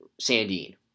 Sandine